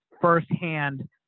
firsthand